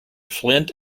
flint